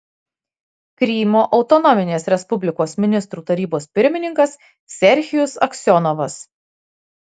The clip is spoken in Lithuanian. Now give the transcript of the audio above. krymo autonominės respublikos ministrų tarybos pirmininkas serhijus aksionovas